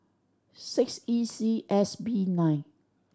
six E C S B nine